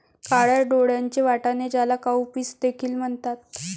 काळ्या डोळ्यांचे वाटाणे, ज्याला काउपीस देखील म्हणतात